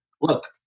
look